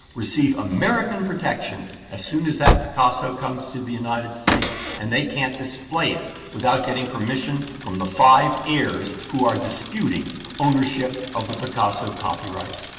receive american protection as soon as that picasso comes to the united states, and they can't display it without getting permission from the five heirs who are disputing ownership of the picasso copyrights.